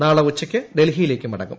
നാളെ ഉച്ചയ്ക്ക് ഡൽഹിയിലേക്ക് മടങ്ങും